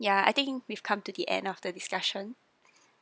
ya I think we've come to the end of the discussion